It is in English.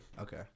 Okay